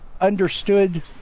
understood